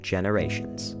Generations